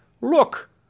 Look